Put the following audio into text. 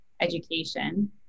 education